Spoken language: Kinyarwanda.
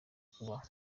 kubaho